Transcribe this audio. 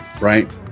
right